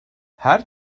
her